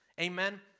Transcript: Amen